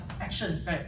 action